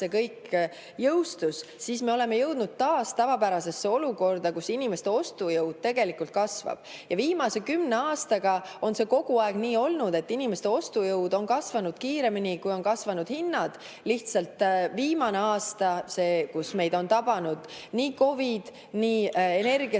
kõik jõustus, siis me oleme jõudnud taas tavapärasesse olukorda, kus inimeste ostujõud tegelikult kasvab. Ja viimase kümne aastaga on see kogu aeg nii olnud, et inimeste ostujõud on kasvanud kiiremini, kui on kasvanud hinnad. Lihtsalt viimane aeg, kui meid on tabanud nii COVID, nii energiasõda